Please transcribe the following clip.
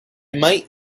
might